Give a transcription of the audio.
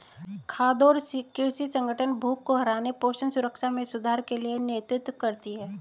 खाद्य और कृषि संगठन भूख को हराने पोषण सुरक्षा में सुधार के लिए नेतृत्व करती है